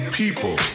people